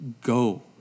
Go